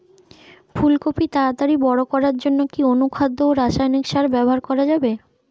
ফুল কপি তাড়াতাড়ি বড় করার জন্য কি অনুখাদ্য ও রাসায়নিক সার ব্যবহার করা যাবে?